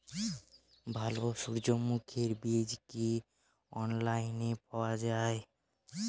ভালো সূর্যমুখির বীজ কি অনলাইনে পাওয়া যায়?